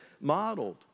modeled